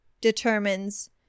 determines